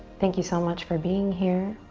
thank you so much for being here.